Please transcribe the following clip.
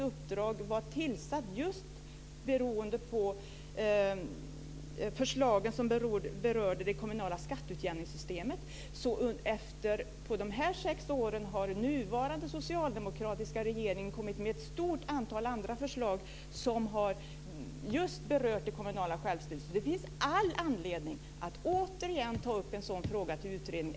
Beredningen hade tillsatts med anledning av förslag som berörde det kommunala skatteutjämningssystemet. Under de gångna sex åren har den nuvarande socialdemokratiska regeringen lagt fram ett stort antal andra förslag som berört just det kommunala självstyret. Det finns all anledning att återigen ta upp en sådan fråga till utredning.